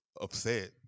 upset